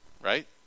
right